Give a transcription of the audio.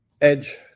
edge